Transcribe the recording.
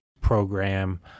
program